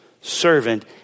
servant